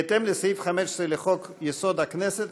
בהתאם לסעיף 15 לחוק-יסוד: הכנסת,